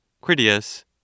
Critias